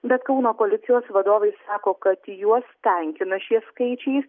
bet kauno policijos vadovai sako kad juos tenkina šie skaičiai